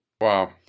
Wow